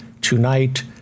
tonight